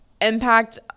impact